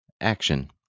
action